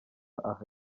aha